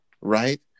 right